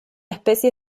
especie